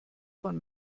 von